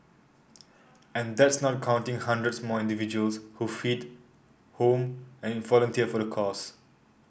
and that's not counting hundreds more individuals who feed home and volunteer for the cause